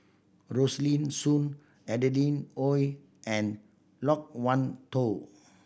Rosaline Soon Adeline Ooi and Loke Wan Tho